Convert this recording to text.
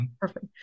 Perfect